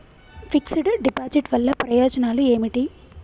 Fix డ్ deposit వల్ల ప్రయోజనాలు ఏమిటి?